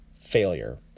failure